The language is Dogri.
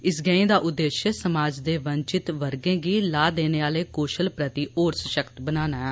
इस गैंई दा उद्देश्य समाज दें चित वर्गें गी लाह देने आह्ले कौशल प्रति होर सशक्त करना ऐ